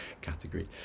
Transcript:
category